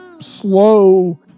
slow